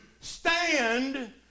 stand